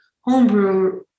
homebrew